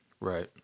Right